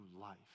life